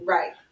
Right